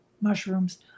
mushrooms